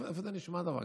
איפה נשמע דבר כזה?